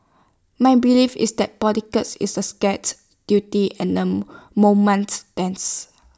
my belief is that politics is A sacred duty and A mammoth tense